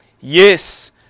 Yes